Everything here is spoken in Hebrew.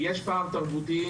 יש פער תרבותי.